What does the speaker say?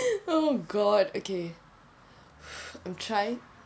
oh god okay I'm try